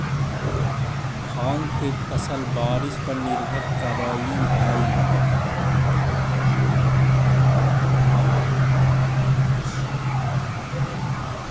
भाँग के फसल बारिश पर निर्भर करऽ हइ